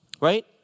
right